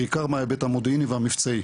בעיקר מההיבט המודיעיני והמבצעי.